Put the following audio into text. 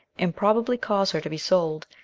and probably cause her to be sold,